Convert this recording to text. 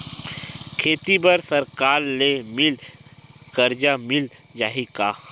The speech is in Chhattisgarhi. खेती बर सरकार ले मिल कर्जा मिल जाहि का?